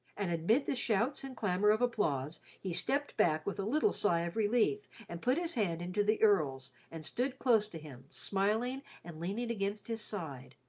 and amid the shouts and clamour of applause, he stepped back with a little sigh of relief, and put his hand into the earl's and stood close to him, smiling and leaning against his side.